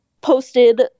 posted